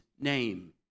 name